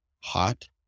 hot